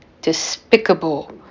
despicable